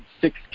six